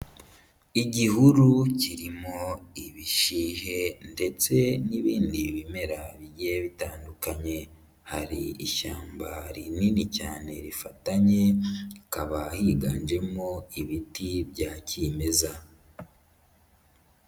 Igihuru kirimo ibishyihe ndetse n'ibindi bimera bigiye bitandukanye, hari ishyamba rinini cyane rifatanye hakaba higanjemo ibiti bya kimeza.